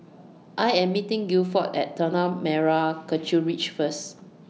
I Am meeting Gilford At Tanah Merah Kechil Ridge First